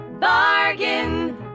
Bargain